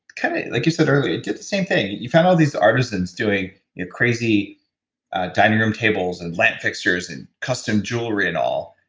kind of like you said earlier, it did the same thing. you found all these artisans doing crazy dining room tabes and lamp fixtures and custom jewelry and all,